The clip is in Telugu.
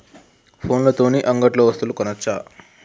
ఫోన్ల తోని అంగట్లో వస్తువులు కొనచ్చా?